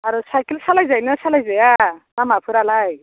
आरो साइकेल सालायजायो ना सालायजाया लामाफोरालाय